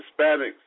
Hispanics